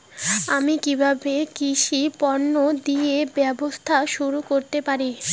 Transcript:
আমি কিভাবে কৃষি পণ্য দিয়ে ব্যবসা শুরু করতে পারি?